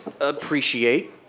appreciate